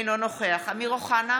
אינו נוכח אמיר אוחנה,